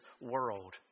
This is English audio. world